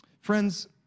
Friends